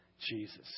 Jesus